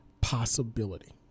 possibility